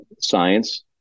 science